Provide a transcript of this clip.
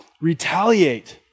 retaliate